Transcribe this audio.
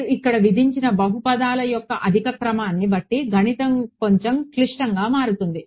మీరు ఇక్కడ విధించిన బహుపదాల యొక్క అధిక క్రమాన్ని బట్టి గణితము కొంచెం క్లిష్టంగా మారుతుంది